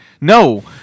No